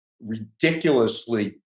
ridiculously